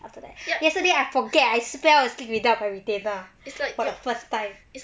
after that ya yesterday I forget I spell as good without a retailer for the first time